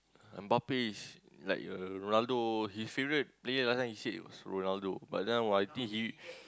Bape is like uh Ronaldo his favourite player last time he said it was Ronaldo but now I think he